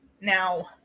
Now